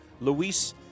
Luis